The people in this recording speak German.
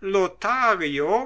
lothario